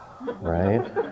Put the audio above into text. right